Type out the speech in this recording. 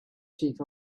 chief